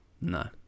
no